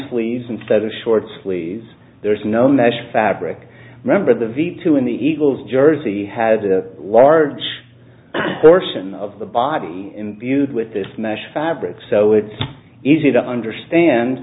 sleeves instead of short sleeves there's no mesh fabric remember the v two in the eagles jersey has a large portion of the body viewed with this mesh fabric so it's easy to understand